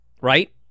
right